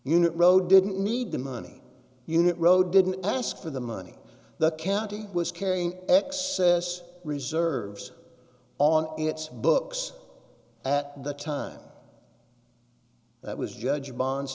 unit road didn't need the money unit road didn't ask for the money the county was carrying excess reserves on its books at the time that was judge bond